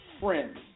Friends